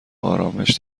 آرامش